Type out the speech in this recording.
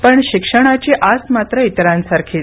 पण शिक्षणाची आस मात्र इतरांसारखीच